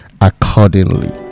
accordingly